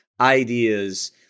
ideas